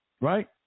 Right